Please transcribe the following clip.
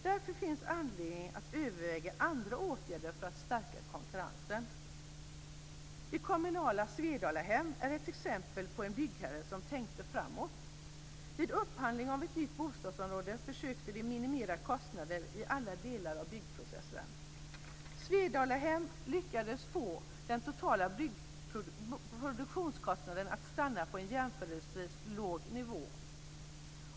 Därför finns anledning att överväga andra åtgärder för att stärka konkurrensen. Det kommunala Svedalahem är ett exempel på en byggherre som tänkt framåt. Vid upphandling av ett nytt bostadsområde försökte man minimera kostnaderna i alla delar av byggprocessen. Svedalahem lyckades få den totala produktionskostnaden att stanna på en jämförelsevis låg nivå.